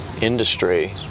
industry